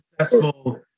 successful